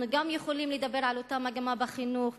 אנחנו גם יכולים לדבר על אותה מגמה בחינוך,